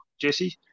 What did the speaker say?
Jesse